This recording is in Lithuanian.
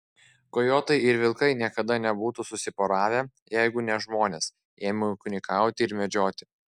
kojotai ir vilkai niekada nebūtų susiporavę jeigu ne žmonės ėmę ūkininkauti ir medžioti